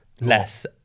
less